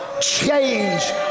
change